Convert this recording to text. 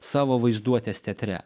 savo vaizduotės teatre